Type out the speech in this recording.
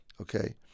okay